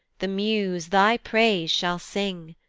the muse thy praise shall sing,